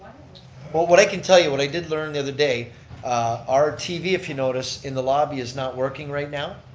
well what i can tell you, what i did learn the other day our tv, if you notice, in the lobby is not working right now,